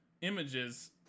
Images